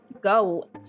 go